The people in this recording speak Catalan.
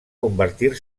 convertir